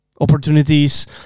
opportunities